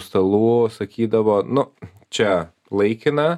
stalų sakydavo nu čia laikina